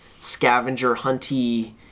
scavenger-hunty